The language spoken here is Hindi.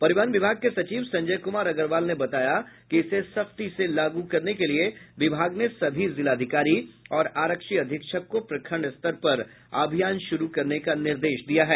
परिवहन विभाग के सचिव संजय कुमार अग्रवाल ने बताया कि इसे सख्ती से लागू करने के लिए विभाग ने सभी जिलाधिकारी और आरक्षी अधीक्षक को प्रखंड स्तर पर अभियान शुरू करने का निर्देश दिया है